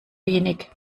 wenig